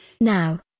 Now